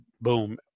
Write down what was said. boom